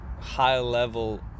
high-level